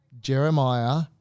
Jeremiah